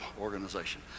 organization